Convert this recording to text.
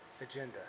agenda